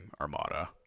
armada